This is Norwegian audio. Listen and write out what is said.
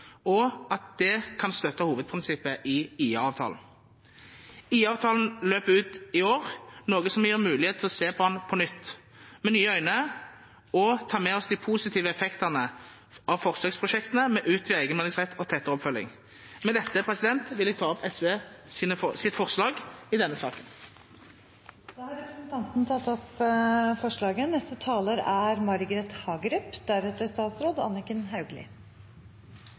og at det kan støtte hovedprinsippet i IA-avtalen. IA-avtalen løper ut i år, noe som gir mulighet til å se på den på nytt, med nye øyne, og ta med oss de positive effektene av forsøksprosjektene med utvidet egenmeldingsrett og tettere oppfølging. Med dette vil jeg ta opp SVs forslag i denne saken. Representanten Eirik Faret Sakariassen har tatt opp det forslaget